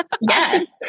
Yes